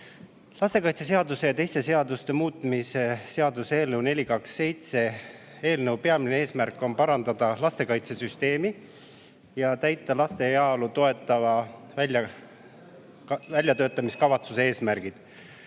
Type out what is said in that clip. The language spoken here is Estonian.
natuke. Lastekaitseseaduse ja teiste seaduste muutmise seaduse eelnõu 427 peamine eesmärk on parandada lastekaitsesüsteemi ja täita laste heaolu toetava [seaduse] väljatöötamise kavatsuse eesmärgid.